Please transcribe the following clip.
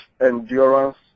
endurance